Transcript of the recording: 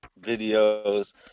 videos